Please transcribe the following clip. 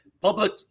public